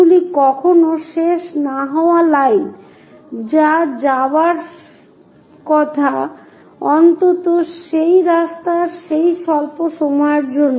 এগুলি কখনও শেষ না হওয়া লাইন যা যাওয়ার কথা অন্তত সেই রাস্তার সেই স্বল্প সময়ের জন্য